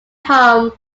home